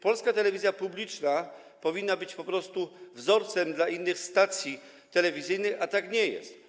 Polska telewizja publiczna powinna być wzorcem dla innych stacji telewizyjnych, a tak nie jest.